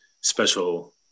special